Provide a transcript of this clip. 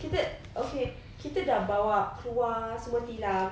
kita okay kita dah bawa keluar semua tilam